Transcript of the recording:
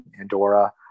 Andorra